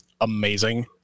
amazing